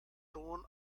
sohn